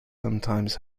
sometimes